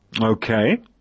Okay